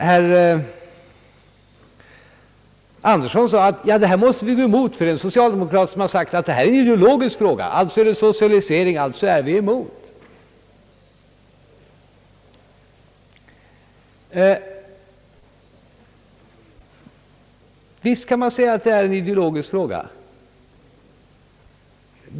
Herr Andersson sade att detta måste vi gå emot — en socialdemokrat har sagt att det är en ideologisk fråga; alltså är det en socialisering och alltså är vi emot. Visst kan man säga att detta är en ideologisk fråga.